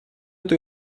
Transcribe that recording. эту